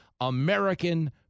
American